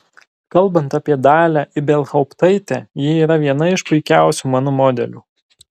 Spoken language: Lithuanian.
kalbant apie dalią ibelhauptaitę ji yra viena iš puikiausių mano modelių